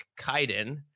Kaiden